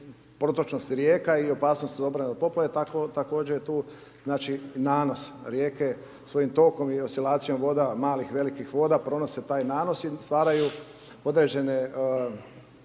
protočnost rijeka i opasnost od obrane od poplave, tako, također je tu, znači, nanos. Rijeke svojim tokom i oscilacijom voda, malih, velikih voda, pronose taj nanos i stvaraju određene